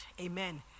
Amen